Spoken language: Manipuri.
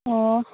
ꯑꯣ